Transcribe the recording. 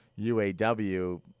UAW